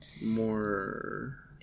more